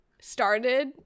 started